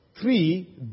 three